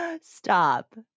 Stop